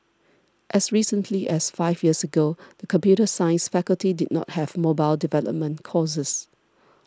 as recently as five years ago the computer science faculty did not have mobile development courses